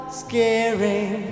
scaring